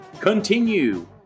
continue